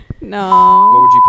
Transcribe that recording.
No